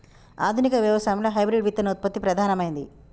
ఆధునిక వ్యవసాయం లో హైబ్రిడ్ విత్తన ఉత్పత్తి ప్రధానమైంది